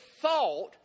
thought